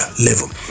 level